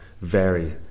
vary